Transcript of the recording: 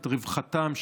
את רווחתם,